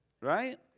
Right